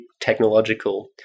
technological